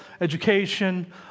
education